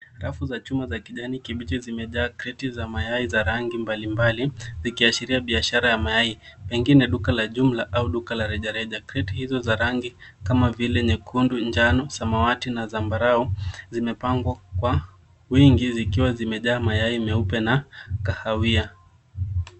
Rafu za chuma za rangi ya kijani kibichi zimejaa kreti za mayai za rangi mbalimbali zikiashiria biashara ya mayai pengine duka la jumla au duka la rejareja. Kreti hizo za rangi kama vile nyekundu, njano, samawati na zambarau zimepangwa kwa wingi zikiwa zimejaa mayai meupe na kahawia.